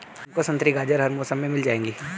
तुमको संतरी गाजर हर मौसम में मिल जाएगी